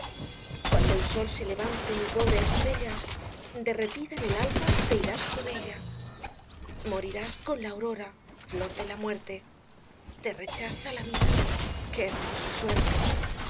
cuando el sol se levante mi pobre estrella derretida en el alba te irás con ella morirás con la aurora flor de la muerte te rechaza la vida i qué hermosa suerte